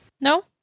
No